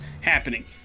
happening